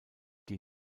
die